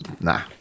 Nah